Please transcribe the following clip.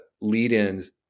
lead-ins